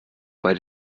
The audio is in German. bei